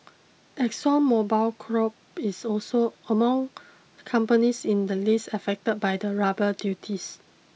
Exxon Mobil Corp is also among companies in the list affected by the rubber duties